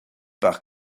par